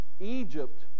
egypt